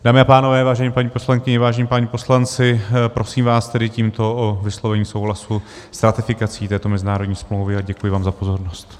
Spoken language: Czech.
Dámy a pánové, vážené paní poslankyně, vážení páni poslanci, prosím vás tedy tímto o vyslovení souhlasu s ratifikací této mezinárodní smlouvy a děkuji vám za pozornost.